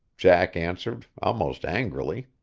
jack answered, almost angrily.